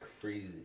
crazy